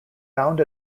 found